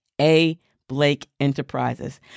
ablakeenterprises